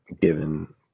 given